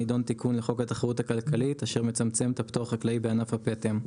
נידון תיקון לחוק התחרות הכלכלית אשר מצמצם את הפטור הכלכלי בענף הפטם.